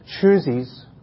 chooses